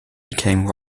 became